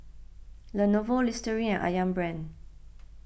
Lenovo Listerine Ayam Brand